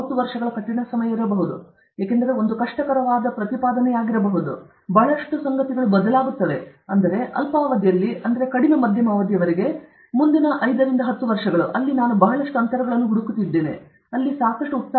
30 ವರ್ಷಗಳ ಕಠಿಣ ಸಮಯ ಇರಬಹುದು ಏಕೆಂದರೆ ಇದು ಕಷ್ಟಕರವಾದ ಪ್ರತಿಪಾದನೆಯಾಗಿರಬಹುದು ಏಕೆಂದರೆ ಬಹಳಷ್ಟು ಸಂಗತಿಗಳು ಬದಲಾಗುತ್ತವೆ ಆದರೆ ಅಲ್ಪಾವಧಿಯಲ್ಲಿ ಕಡಿಮೆ ಮಧ್ಯಮ ಅವಧಿಯವರೆಗೆ ಮುಂದಿನ 5 ರಿಂದ 10 ವರ್ಷಗಳು ಅಲ್ಲಿ ನಾನು ಬಹಳಷ್ಟು ಹುಡುಕುತ್ತಿದ್ದೇನೆ ಅಂತರಗಳು